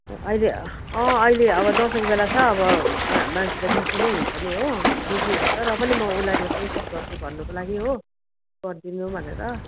अहिले अँ अहिले अब दसैँको बेला छ अब मान् मान्छे त बिजी नै हुन्छ नि हो बिजी हुन्छ र पनि म उसलाई कोसिस गर्छु भन्नुको लागि हो गरिदिनु भनेर